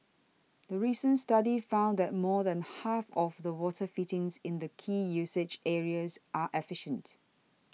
the recent study found that more than half of the water fittings in the key usage areas are efficient